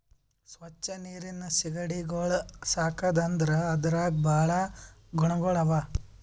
ಸ್ವಚ್ ನೀರಿನ್ ಸೀಗಡಿಗೊಳ್ ಸಾಕದ್ ಅಂದುರ್ ಅದ್ರಾಗ್ ಭಾಳ ಗುಣಗೊಳ್ ಅವಾ